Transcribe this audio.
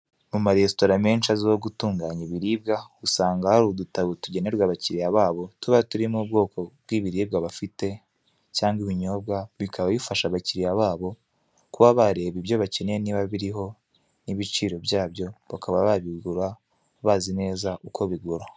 Mu maresitora menshi azwiho gutunganya ibiribwa, usanga hari udutabo tugenerwa abakiriya babo, tuba turimo ubwoko bw'ibiribwa bafite cyangwa ibinyobwa, bikaba bifasha abakiriya babo kuba bareba ibyo bakeneye, niba biriho n'ibiciro byabyo, bakaba babigura bazi neza uko bigura.